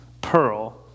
pearl